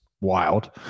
wild